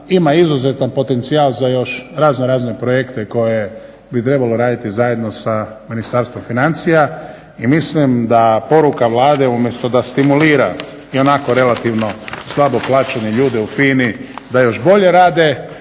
Ima izuzetan potencijal za još razno razne projekte koje bi trebalo raditi zajedno sa Ministarstvom financija i mislim da poruka Vlade umjesto da stimulira ionako relativno slabo plaćene ljude u FINA-i da još bolje rade,